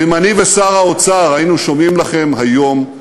ואם אני ושר האוצר היינו שומעים לכם היום,